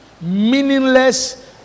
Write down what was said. Meaningless